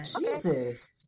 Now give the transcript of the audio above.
Jesus